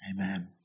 Amen